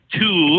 two